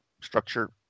structure